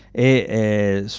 a